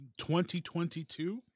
2022